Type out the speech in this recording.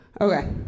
Okay